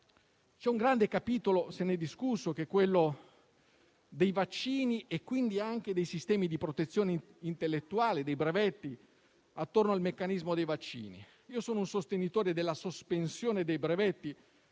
C'è un grande capitolo di cui si è discusso ed è quello dei vaccini e quindi anche dei sistemi di protezione intellettuale dei brevetti attorno al meccanismo dei vaccini. Io sono un sostenitore della sospensione dei brevetti